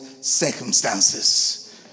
circumstances